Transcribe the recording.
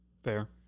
fair